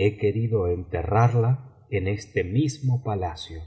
he querido enterrarla en este mismo palacio